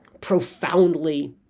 profoundly